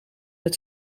het